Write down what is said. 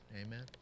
Amen